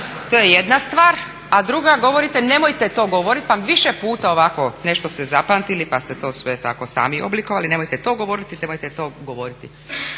To je jedna stvar, a druga govorite nemojte to govoriti, pa više puta ovako nešto ste zapamtili pa ste to sve tako sami oblikovali. Nemojte to govoriti, nemojte to govoriti.